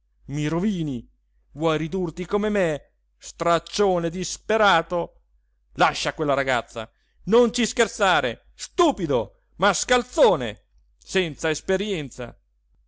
mi rovini vuoi ridurti come me straccione e disperato lascia quella ragazza non ci scherzare stupido mascalzone senza esperienza